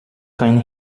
kein